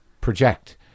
project